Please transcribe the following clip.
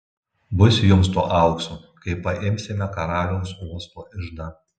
bus jums to aukso kai paimsime karaliaus uosto iždą